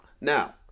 Now